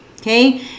okay